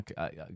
Okay